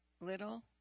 Little